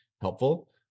helpful